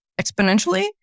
exponentially